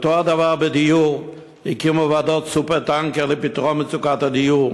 ואותו הדבר בדיור: הקימו ועדות סופר-טנקר לפתרון מצוקת הדיור,